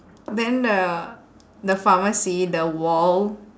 then the the farmer see the wall